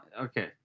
okay